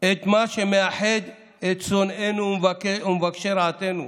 את מה שמאחד את שונאינו ומבקשי רעתנו.